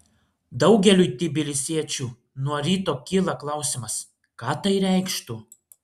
daugeliui tbilisiečių nuo ryto kyla klausimas ką tai reikštų